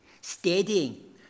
steadying